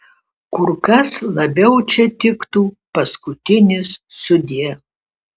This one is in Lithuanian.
kur kas labiau čia tiktų paskutinis sudie